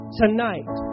tonight